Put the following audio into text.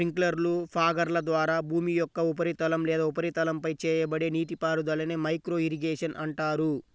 స్ప్రింక్లర్లు, ఫాగర్ల ద్వారా భూమి యొక్క ఉపరితలం లేదా ఉపరితలంపై చేయబడే నీటిపారుదలనే మైక్రో ఇరిగేషన్ అంటారు